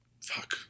fuck